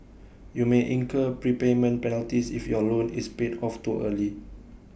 you may incur prepayment penalties if your loan is paid off too early